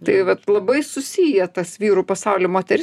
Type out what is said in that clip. tai vat labai susiję tas vyrų pasaulio moteris